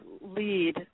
lead